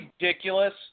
ridiculous